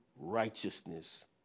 righteousness